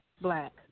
black